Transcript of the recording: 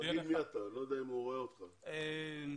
תציג את עצמך.